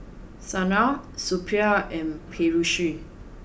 Saina Suppiah and Peyush